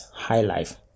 highlife